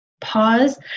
pause